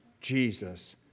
Jesus